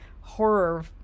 horror